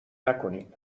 نکنین